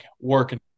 working